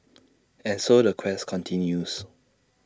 and so the quest continues